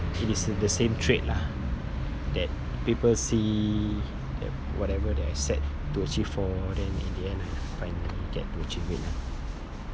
it is the same trait lah that people see that whatever that I set to achieve for then in the end I finally get to achieve it lah